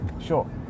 sure